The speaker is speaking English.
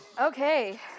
Okay